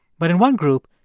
but in one group,